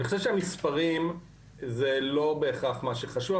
אני חושב שהמספרים הם לא בהכרח מה שחשוב.